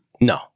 No